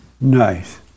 Nice